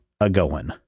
a-going